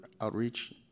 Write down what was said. outreach